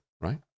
Right